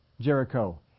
Jericho